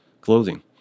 clothing